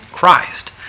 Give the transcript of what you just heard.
Christ